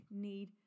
need